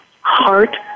heart